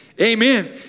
Amen